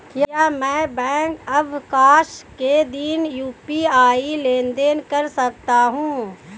क्या मैं बैंक अवकाश के दिन यू.पी.आई लेनदेन कर सकता हूँ?